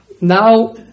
Now